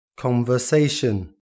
conversation